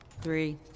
Three